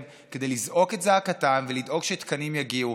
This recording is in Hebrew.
כדי לזעוק את זעקתם ולדאוג שתקנים יגיעו.